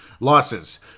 losses